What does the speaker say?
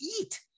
eat